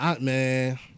man